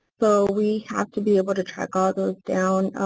so we have to be able to track all those down,